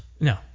No